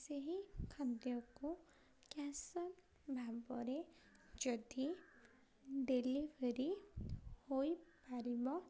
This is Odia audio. ସେହି ଖାଦ୍ୟକୁ କ୍ୟାଶ୍ ଅନ୍ ଭାବରେ ଯଦି ଡ଼େଲିଭରି ହୋଇପାରିବ